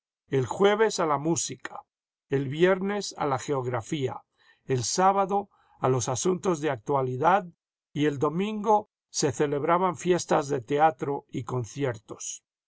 el jueves a la música el viernes a la geografía el sábado a los asuntos de actualidad y el domingo se celebraban fiestas de teatro y conciertos